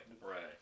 Right